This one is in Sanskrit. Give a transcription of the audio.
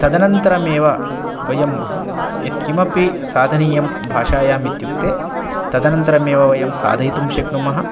तदनन्तरमेव वयं यत् किमपि साधनीयं भाषायाम् इत्युक्ते तदनन्तरमेव वयं साधयितुं शक्नुमः